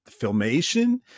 filmation